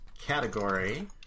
category